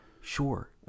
Sure